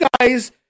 guys